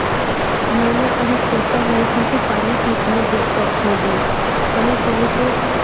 मैंने कभी सोचा नहीं था कि पानी कि इतनी दिक़्क़त होगी कहीं कहीं तो